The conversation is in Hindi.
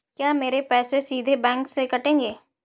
क्या मेरे पैसे सीधे बैंक से कटेंगे?